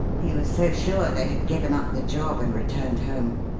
he was so sure they had given up the job and returned home.